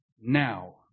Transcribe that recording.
now